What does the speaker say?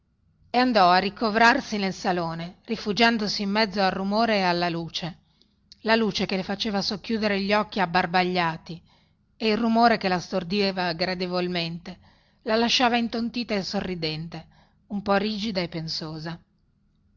e andò a ricovrarsi nel salone rifugiandosi in mezzo al rumore e alla luce la luce che le faceva socchiudere gli occhi abbarbagliati e il rumore che la stordiva gradevolmente la lasciava intontita e sorridente un po rigida e pensosa